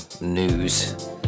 news